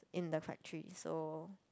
in the factory so